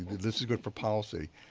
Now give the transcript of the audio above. this is good for policy.